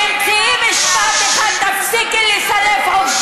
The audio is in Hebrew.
את מגינה על עזה.